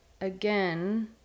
again